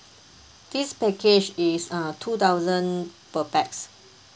this package is uh two thousand per pax